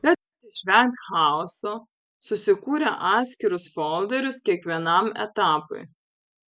kad išvengt chaoso susikūrė atskirus folderius kiekvienam etapui